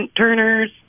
turners